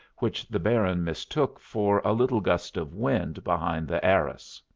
which the baron mistook for a little gust of wind behind the arras.